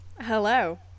hello